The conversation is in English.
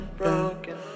broken